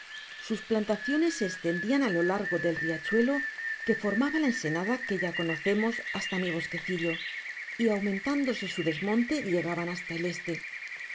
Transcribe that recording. sus plantaciones se estendiac á lo largo del riachuelo que formaba la ensenada que ya conocemos hasta mi busquecillo y aumentándose su desmonte llegaban hasta el este los